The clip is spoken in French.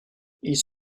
ils